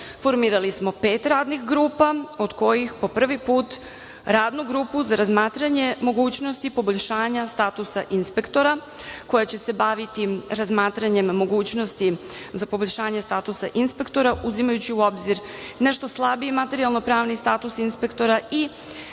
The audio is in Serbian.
formirali smo pet radnih grupa, od kojih po prvi put radnu grupu za razmatranje mogućnosti poboljšanja statusa inspektora, koja će se baviti razmatranjem mogućnosti za poboljšanje statusa inspektora, uzimajući u obzir nešto slabiji materijalno-pravni status inspektora i